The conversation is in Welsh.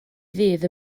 ddydd